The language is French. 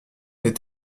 des